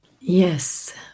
Yes